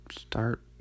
start